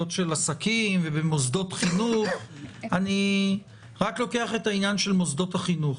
של עסקים ובמוסדות חינוך אני רק לוקח את העניין של מוסדות החינוך.